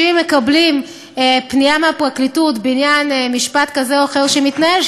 שאם הם מקבלים פנייה מהפרקליטות בעניין משפט כזה או אחר שמתנהל,